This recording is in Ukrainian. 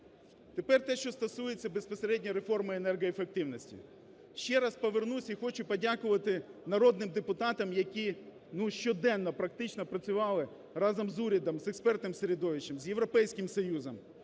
Тепер те, що стосується безпосередньо реформи енергоефективності. Ще раз повернуся і хочу подякувати народним депутатам, які щоденно практично працювали разом з урядом, з експертним середовищем, з Європейським Союзом